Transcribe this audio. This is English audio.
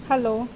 hello